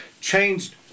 changed